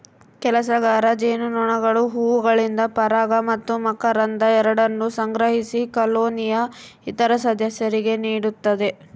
ಕೆಲಸಗಾರ ಜೇನುನೊಣಗಳು ಹೂವುಗಳಿಂದ ಪರಾಗ ಮತ್ತು ಮಕರಂದ ಎರಡನ್ನೂ ಸಂಗ್ರಹಿಸಿ ಕಾಲೋನಿಯ ಇತರ ಸದಸ್ಯರಿಗೆ ನೀಡುತ್ತವೆ